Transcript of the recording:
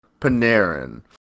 Panarin